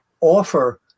offer